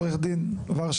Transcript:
עורך דין ורשב,